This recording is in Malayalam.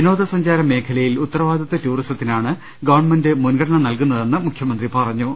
വിനോദസഞ്ചാര മേഖലയിൽ ഉത്തരവാദിത്വ ടൂറിസത്തിനാണ് ഗവൺമെന്റ് മുൻഗണന നൽകുന്നതെന്ന് മുഖ്യമന്ത്രി പറഞ്ഞു